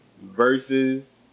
verses